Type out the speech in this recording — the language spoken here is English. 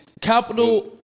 capital